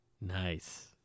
Nice